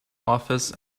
office